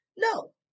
no